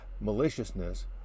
maliciousness